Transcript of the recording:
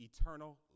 eternal